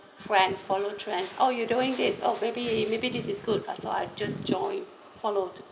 friends follow trends oh you doing this oh maybe maybe this is good I thought I just join follow to